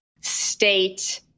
state